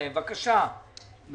אני